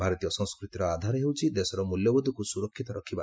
ଭାରତୀୟ ସଂସ୍କୃତିର ଆଧାର ହେଉଛି ଦେଶର ମୂଲ୍ୟବୋଧକୁ ସୁରକ୍ଷିତ ରଖିବା